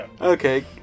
Okay